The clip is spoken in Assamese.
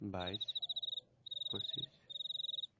বাইছ পঁচিছ